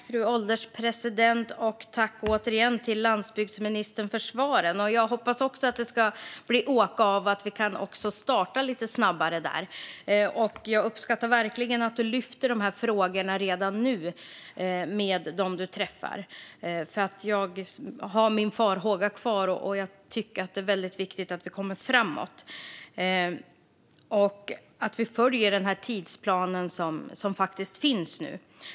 Fru ålderspresident! Tack återigen till landsbygdsministern för svaren! Jag hoppas också att det ska bli åka av och att vi kan starta lite snabbare där. Jag uppskattar verkligen att ministern tar upp de här frågorna redan nu med dem han träffar, för jag har min farhåga kvar och tycker att det är väldigt viktigt att vi kommer framåt och följer tidsplanen som faktiskt finns nu.